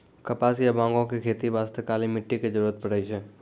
कपास या बांगो के खेती बास्तॅ काली मिट्टी के जरूरत पड़ै छै